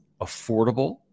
affordable